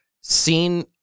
seen